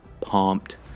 pumped